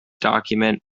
document